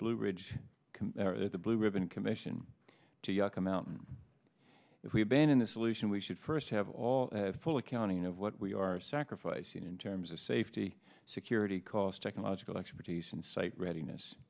blue ridge the blue ribbon commission to yucca mountain if we abandon the solution we should first have all full accounting of what we are so i seen in terms of safety security cost technological expertise and site readiness